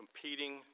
competing